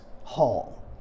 hall